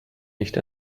nicht